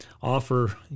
offer